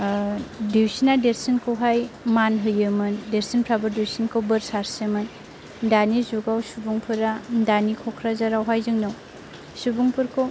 दुइसिना देरसिनखौहाय मान होयोमोन देरसिनफ्राबो दुइसिनखौ बोर सारस्रियोमोन दानि जुगाव सुबुंफोरा दानि क'क्राझारआवहाय जोंनाव सुबुंफोरखौ